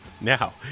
Now